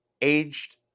aged